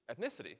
ethnicity